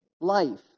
life